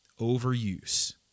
Overuse